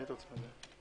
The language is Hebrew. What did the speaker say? (היו"ר עאידה תומא סלימאן, 10:36)